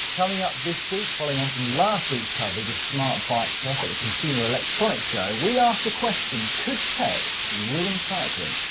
coming up this week following on from last week's coverage of smart bike tech at the consumer electronics show, we asked the question, could tech ruin cycling?